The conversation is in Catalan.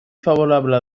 favorable